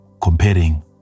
comparing